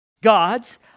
God's